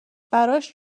براش